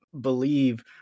believe